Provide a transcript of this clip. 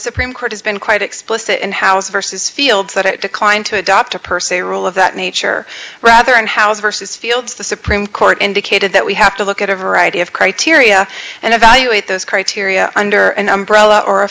supreme court has been quite explicit in house vs fields that it declined to adopt a per se rule of that nature rather in house versus fields the supreme court indicated that we have to look at a variety of criteria and evaluate those criteria under an umbrella or a